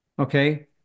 Okay